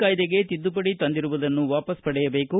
ಕಾಯ್ದೆಗೆ ತಿದ್ದುಪಡಿ ತಂದಿರುವುದನ್ನು ವಾಪಸ್ ಪಡೆಯಬೇಕು